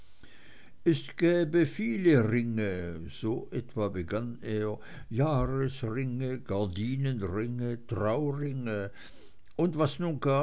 viele ringe so etwa begann er jahresringe gardinenringe trauringe und was nun